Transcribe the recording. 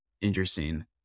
Interesting